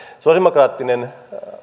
sosiaalidemokraattinen